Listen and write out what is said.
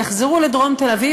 יחזרו לדרום תל-אביב,